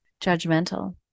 judgmental